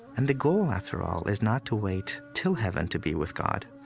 and the goal, after all, is not to wait till heaven to be with god.